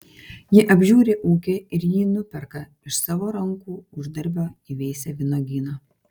ji apžiūri ūkį ir jį nuperka iš savo rankų uždarbio įveisia vynuogyną